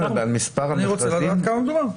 אני רוצה לדעת בכמה מדובר,